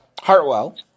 Hartwell